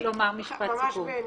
רק משפט סיכום.